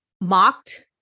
mocked